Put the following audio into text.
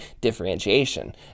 differentiation